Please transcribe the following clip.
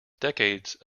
decades